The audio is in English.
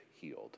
healed